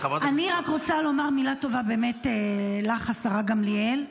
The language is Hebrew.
אני רק רוצה לומר מילה טובה לך, השרה גמליאל,